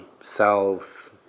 selves